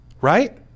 right